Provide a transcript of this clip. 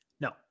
No